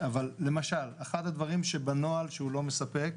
למשל, אחד הדברים בנוהל שהוא לא מספק,